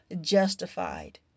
justified